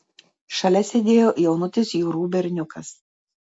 šalia sėdėjo jaunutis jurų berniukas